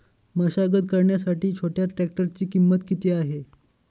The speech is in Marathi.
मशागत करण्यासाठी छोट्या ट्रॅक्टरची किंमत किती आहे?